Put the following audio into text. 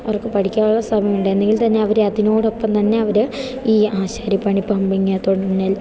അവർക്ക് പഠിക്കാനുള്ള സമയമുണ്ട് എന്നെങ്കിൽ തന്നെ അവർ അതിനോടൊപ്പം തന്നെ അവർ ഈ ആശാരിപ്പണി പമ്പിങ് തുടങ്ങിയ